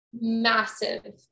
massive